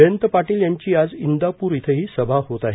जयंत पाटील यांची आज इंदापूर इथंही सभा होत आहे